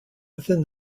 within